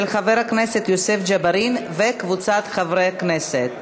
של חבר הכנסת יוסף ג'בארין וקבוצת חברי כנסת.